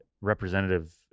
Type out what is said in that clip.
representative